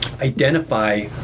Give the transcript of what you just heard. identify